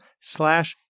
slash